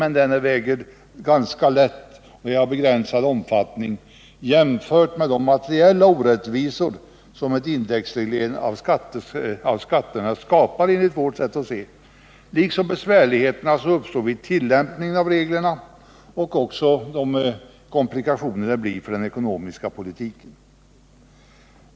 Denna väger dock ganska lätt och är av begränsad omfattning jämfört med de materiella orättvisor som ett indexsystem av skatterna enligt vårt sätt att se skapar, liksom de besvärligheter som uppstår vid tillämpningen av reglerna för den ekonomiska politiken.